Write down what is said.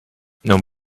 non